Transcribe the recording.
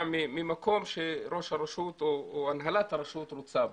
ממקום שראש הרשות או הנהלת הרשות רוצה בו.